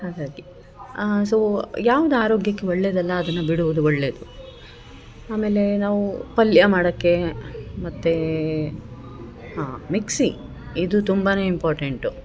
ಹಾಗಾಗಿ ಸೋ ಯಾವ್ದು ಆರೋಗ್ಯಕ್ಕೆ ಒಳ್ಳೆಯದಲ್ಲ ಅದನ್ನ ಬಿಡೋದು ಒಳ್ಳೆಯದು ಆಮೇಲೆ ನಾವು ಪಲ್ಯ ಮಾಡಕ್ಕೆ ಮತ್ತು ಹಾಂ ಮಿಕ್ಸಿ ಇದು ತುಂಬಾನೇ ಇಂಪಾರ್ಟೆಂಟು